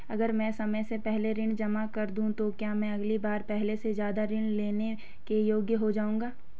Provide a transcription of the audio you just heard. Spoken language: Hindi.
अगर मैं समय से पहले ऋण जमा कर दूं तो क्या मैं अगली बार पहले से ज़्यादा ऋण लेने के योग्य हो जाऊँगा?